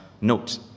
note